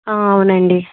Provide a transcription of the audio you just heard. అవునండి